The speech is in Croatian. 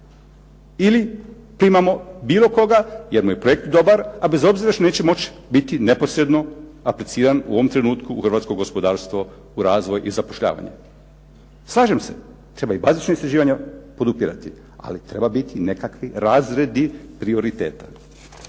Ili primamo bilo koga jer mu je projekt dobar a bez obzira što neće moći biti neposredno apliciran u ovom trenutku u hrvatsko gospodarstvo, u razvoj i zapošljavanje. Slažem se, treba i bazična istraživanja podupirati ali treba biti i nekakvi razredi prioriteta.